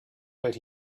but